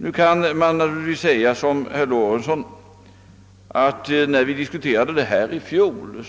Nu kan man naturligtvis säga, såsom herr Lorentzon gör, att när vi diskuterade detta spörsmål i fjol